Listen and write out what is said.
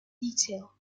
detail